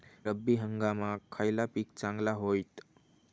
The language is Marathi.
रब्बी हंगामाक खयला पीक चांगला होईत?